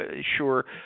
sure